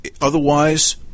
otherwise